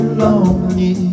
lonely